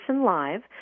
live